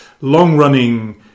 long-running